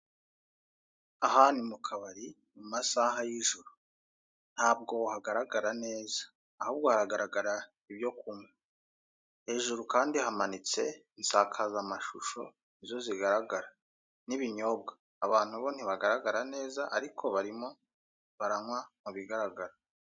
Aha ni mukabari, mu masaha y'ijoro. Ntabwo hagaragara neza. Ahubwo haragaragara ibyo kunywa. Hejuru kandi hamanitse insakazamashusho, ni zo zigaragara. N'ibinyobwa. Abantu bo ntibagaragara neza, ariko barimo baranywa mu bigaragara.